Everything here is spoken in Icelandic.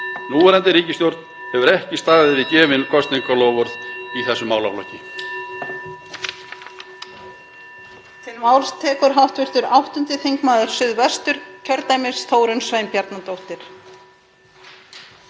Núverandi ríkisstjórn hefur ekki staðið við gefin kosningaloforð í þessum málaflokki.